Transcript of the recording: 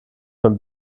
beim